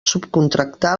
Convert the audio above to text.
subcontractar